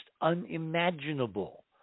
unimaginable